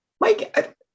mike